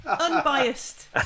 Unbiased